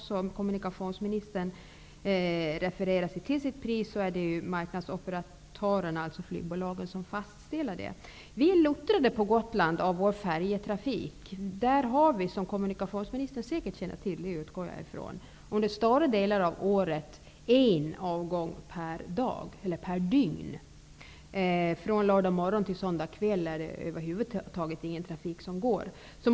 Som kommunikationsministern sade är det marknadsoperatörerna, flygbolagen, som fastställer priset. På Gotland har vi blivit luttrade av vår färjetrafik. Jag utgår ifrån att kommunikationsministern känner till att vi under större delen av året har en avgång per dygn. Från lördag morgon till söndag kväll finns över huvud taget ingen trafik.